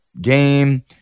game